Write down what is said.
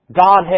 Godhead